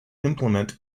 implement